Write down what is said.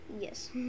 Yes